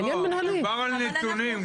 די נו, דובר על נתונים, גברתי.